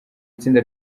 itsinda